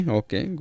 okay